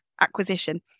acquisition